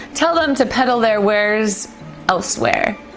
tell them to peddle their wares elsewhere.